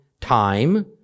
time